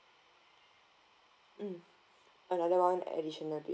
mm another one additional bed